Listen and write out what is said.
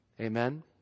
Amen